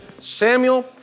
Samuel